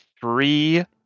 three